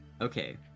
Okay